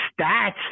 stats